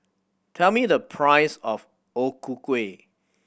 tell me the price of O Ku Kueh